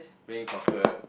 playing soccer